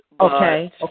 Okay